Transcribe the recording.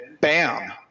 Bam